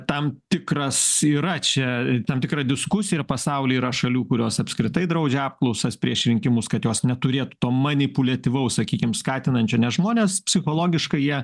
tam tikras yra čia tam tikra diskusija ir pasauly yra šalių kurios apskritai draudžia apklausas prieš rinkimus kad jos neturėtų to manipuliatyvaus sakykim skatinančio nes žmonės psichologiškai jie